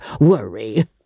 worry